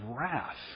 wrath